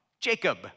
Jacob